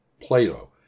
Plato